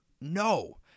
No